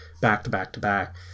back-to-back-to-back